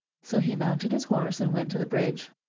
so he mounted his horse and went to the bridge.